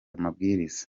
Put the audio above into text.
mabwiriza